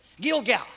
Gilgal